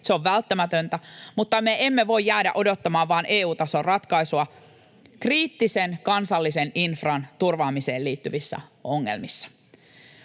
Se on välttämätöntä, mutta me emme voi jäädä odottamaan vain EU-tason ratkaisua kriittisen kansallisen infran turvaamiseen liittyvissä ongelmissa.